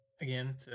again